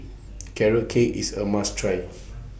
Carrot Cake IS A must Try